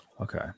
Okay